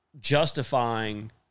justifying